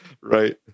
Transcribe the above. Right